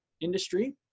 industry